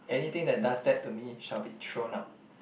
anything that does that to me shall be thrown out